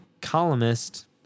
columnist